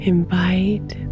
Invite